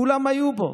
כולם היו בו.